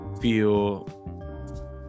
feel